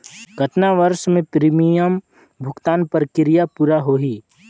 कतना वर्ष मे प्रीमियम भुगतान प्रक्रिया पूरा होही?